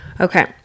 Okay